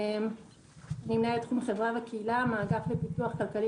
אני מנהלת תחום חברה וקהילה מאגף לפיתוח כלכלי